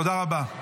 תודה רבה.